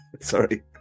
Sorry